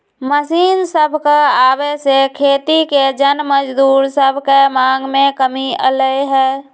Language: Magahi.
मशीन सभके आबे से खेती के जन मजदूर सभके मांग में कमी अलै ह